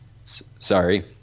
Sorry